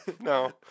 no